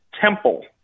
Temple